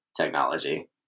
technology